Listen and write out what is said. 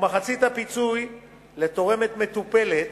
ומחצית הפיצוי לתורמת מטופלת.